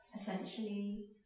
essentially